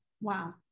Wow